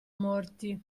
morti